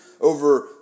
over